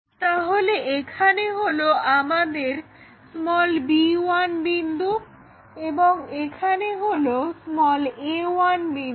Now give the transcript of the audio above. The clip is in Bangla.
তাহলে এখানে হলো আমাদের b1 বিন্দু এবং এখানে হলো a1 বিন্দু